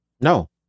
no